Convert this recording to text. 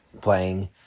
playing